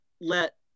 let